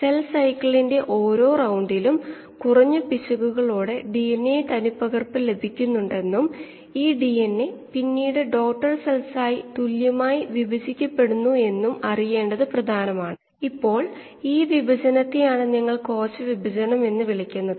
നിങ്ങൾ ഫീഡ് നിരക്കിനെ വ്യാപ്തം കൊണ്ട് ഹരിച്ചാൽ കിട്ടുന്ന ഒരു യൂണിറ്റ് സമയത്തിന് പ്രോസസ്സ് ചെയ്ത റിയാക്ടർ വോള്യങ്ങളുടെ എണ്ണമായി വ്യാഖ്യാനിക്കാം